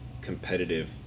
competitive